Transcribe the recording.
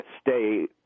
stay